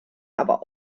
aber